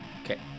okay